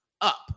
up